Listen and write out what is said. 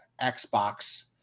Xbox